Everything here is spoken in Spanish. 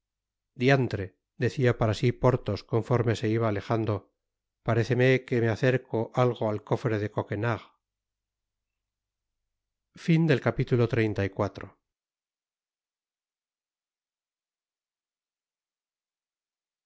diantre decia para si porthos conforme se iba alejando paréceme que me acerco algo al cofre de coquenard